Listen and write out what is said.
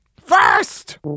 first